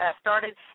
started